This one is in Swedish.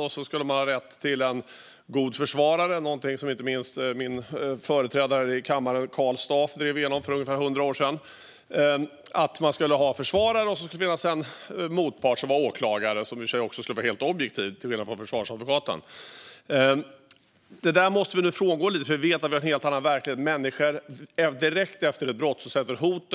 Och man skulle ha rätt till en god försvarare, något som min företrädare i kammaren Karl Staaff drev igenom för ungefär 100 år sedan. Man skulle ha en försvarare, och man skulle ha en motpart som var åklagare och som också skulle vara helt objektiv, till skillnad från försvarsadvokaten. Detta måste vi nu frångå lite. För vi har en helt annan verklighet. Direkt efter ett brott sätter hot